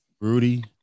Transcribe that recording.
Rudy